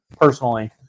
personally